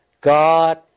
God